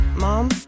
Mom